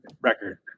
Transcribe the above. record